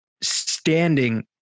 standing